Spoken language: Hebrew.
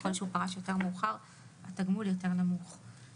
ככל שהוא פרש מאוחר יותר כך התגמול נמוך יותר.